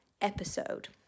episode